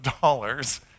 dollars